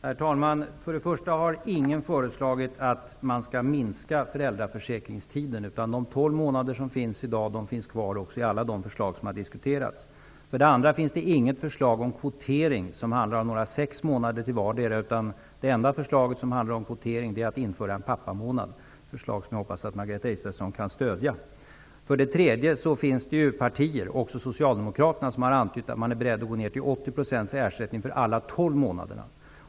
Herr talman! För det första har ingen föreslagit att man skall minska föräldraförsäkringstiden. De tolv månader som finns i dag finns också kvar i alla de förslag som har diskuterats. För det andra finns det inget förslag om kvotering som handlar om att föräldrarna skall ha sex månader vardera. Det enda förslag som handlar om kvotering är förslaget om att en pappamånad skall införas. Det är ett förslag som jag hoppas att Margareta Israelsson kan stödja. För det tredje finns det partier, även Socialdemokraterna, som har antytt att de är beredda att gå ner till 80 % ersättning för alla tolv månaderna.